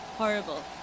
horrible